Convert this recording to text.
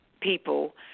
people